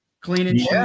cleaning